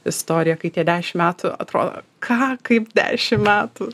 istorija kai tie dešimt metų atrodo ką kaip dešimt metų